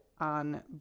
on